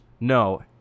no